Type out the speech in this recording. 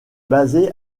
basée